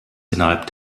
innerhalb